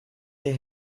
der